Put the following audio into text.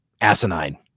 asinine